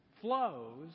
flows